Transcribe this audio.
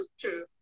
true